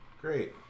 Great